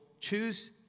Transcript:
choose